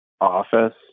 office